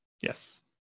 Yes